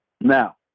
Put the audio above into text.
Now